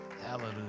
Hallelujah